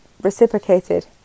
reciprocated